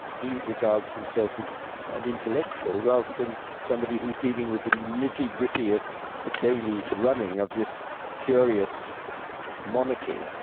he regards himself as an intellectual rather than somebody who's dealing with the nitty gritty of the daily running of this curious monarchy.